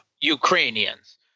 Ukrainians